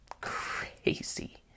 Crazy